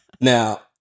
now